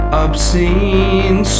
obscene